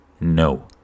no